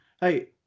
Hey